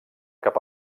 cap